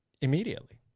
immediately